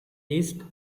east